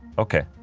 ok.